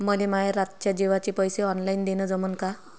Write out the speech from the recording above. मले माये रातच्या जेवाचे पैसे ऑनलाईन देणं जमन का?